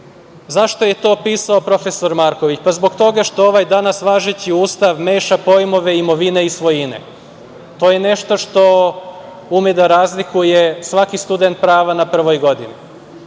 je to pisao prof. Marković? Zato što ovaj danas važeći Ustav meša pojmove imovine i svojine. To je nešto što ume da razlikuje svaki student prava na prvoj godini.